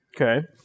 Okay